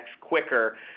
quicker